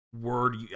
word